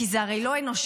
כי זה הרי לא אנושי,